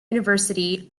university